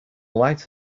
light